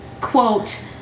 quote